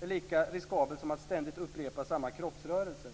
är lika riskabelt som att ständigt upprepa samma kroppsrörelse.